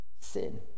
sin